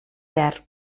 behar